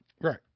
right